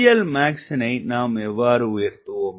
CLmax னை நாம் எவ்வாறு உயர்த்துவோம்